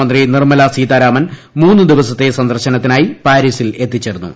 രാജ്യരക്ഷാമന്ത്രി നിർമ്മലാ സീതാരാമൻ മൂന്നു ദിവസത്തെ സന്ദർശനത്തിനായി പാരീസിൽ എത്തിച്ചേർന്നു